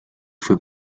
fue